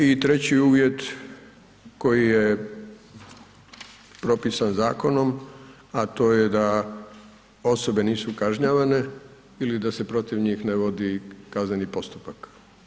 I treći uvjet koji je propisan zakonom, a to je da osobe nisu kažnjavanje ili da se protiv njih ne vodi kazneni postupak.